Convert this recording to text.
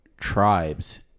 tribes